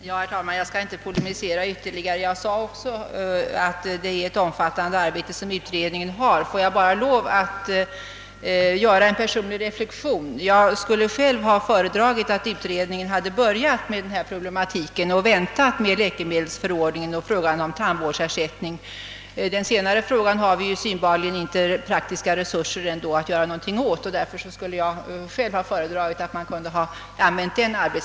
Herr talman! Jag skall inte polemisera ytterligare, men även jag framhöll att utredningen har att utföra ett omfattande arbete. Får jag bara göra den personliga reflexionen att jag för min del skulle ha föredragit, att utredningen börjat med den problematik det här gäller och väntat med läkemedelsförordningen och frågan om tandvårdsersättning. Den senare saken har vi uppenbarligen inte praktiska resurser att för närvarande göra någonting åt.